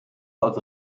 als